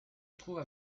retrouve